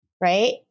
right